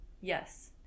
Yes